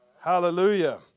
Hallelujah